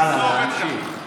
הלאה, להמשיך.